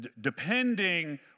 Depending